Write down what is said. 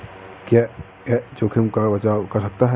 क्या यह जोखिम का बचाओ करता है?